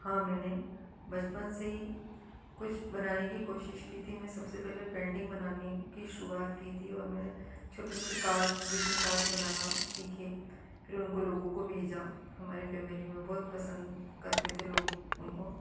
हाँ मैंने बचपन से ही कुछ बनाने की कोशिश की थी मैं सबसे पहले पेंटिंग बनानी की शुरुआत की थी और मैं छोटे छोटे कार्ड्स ग्रीटिंग कार्ड्स बनाना सीखे फिर उनको लोगों को भेजा हमारे फैमिली में बहुत पसंद करते थे लोग उनको